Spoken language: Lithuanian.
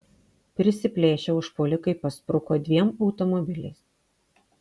prisiplėšę užpuolikai paspruko dviem automobiliais